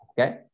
okay